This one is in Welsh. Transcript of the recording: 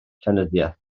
llenyddiaeth